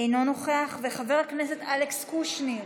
אינו נוכח, חבר הכנסת אלכס קושניר,